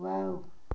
wow